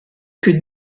que